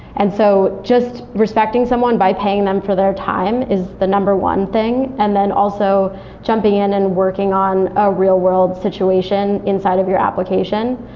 and so just respecting someone by paying them for their time is the number one thing. and then also jumping in and working on a real-world situation inside of your application,